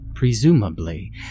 presumably